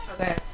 Okay